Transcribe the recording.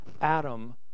Adam